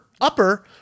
upper